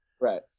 Right